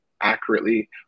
accurately